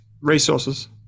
resources